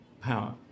power